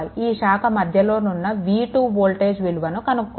ఈ శాఖ మధ్యలోనున్న v2 వోల్టేజ్ విలువను కనుక్కోవాలి